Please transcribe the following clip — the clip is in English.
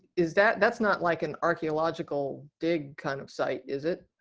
is that that's not like an archaeological dig kind of site is it?